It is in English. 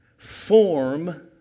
Form